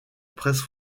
presse